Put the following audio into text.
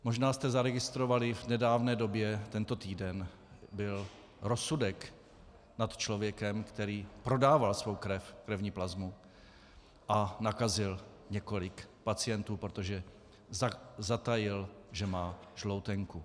Možná jste zaregistrovali v nedávné době, tento týden byl rozsudek nad člověkem, který prodával svou krev, krevní plazmu, a nakazil několik pacientů, protože zatajil, že má žloutenku.